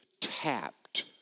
tapped